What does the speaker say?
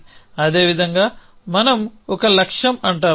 అదేవిధంగా మనం ఒక లక్ష్యం అంటాము